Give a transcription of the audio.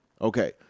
Okay